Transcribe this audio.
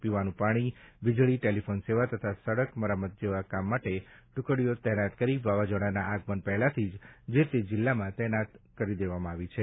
પીવાનું પાણી વીજળી ટેલિફોન સેવા તથા સડક મરામત જેવા કામ માટે ટુકડીઓ તૈયાર કરી વાવાઝોડાના આગમન પહેલાથી જે તે જિલ્લામાં તેનાત કરાઇ રહી છે